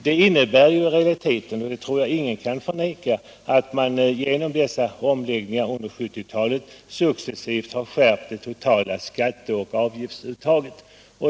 Det innebär i realiteten — det tror jag ingen kan förneka — att man genom dessa omläggningar under 1970-talet successivt har skärpt det totala skatte och avgiftsuttaget.